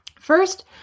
First